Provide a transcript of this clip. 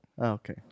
Okay